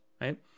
Right